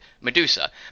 Medusa